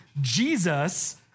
Jesus